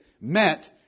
meant